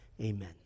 Amen